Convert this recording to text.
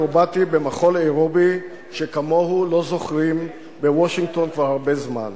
תרגיל אקרובטי במחול אירובי שכמוהו לא זוכרים בוושינגטון כבר הרבה זמן.